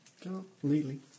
completely